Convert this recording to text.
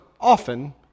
often